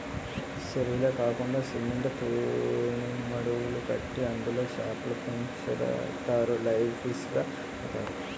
సెరువులే కాకండా సిమెంట్ తూనీమడులు కట్టి అందులో సేపలు పెంచుతారు లైవ్ ఫిష్ గ అమ్ముతారు